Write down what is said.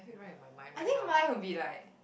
I think mine will be like